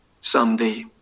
someday